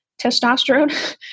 testosterone